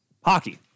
hockey